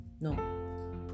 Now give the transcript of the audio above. No